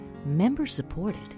Member-supported